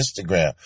Instagram